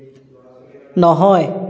নহয়